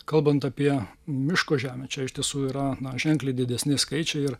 kalbant apie miško žemę čia iš tiesų yra ženkliai didesni skaičiai ir